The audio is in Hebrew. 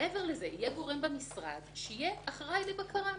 כשמעבר לזה יהיה גורם אחראי שיוכל להגיד: